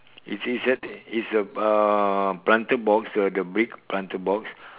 it's it's at it's the uh planter box the the brick planter box